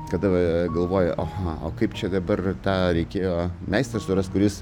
kada galvoji aha o kaip čia dabar tą reikėjo meistrą surast kuris